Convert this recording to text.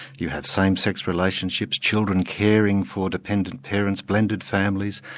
you have same-sex relationships, children caring for dependent parents, blended families,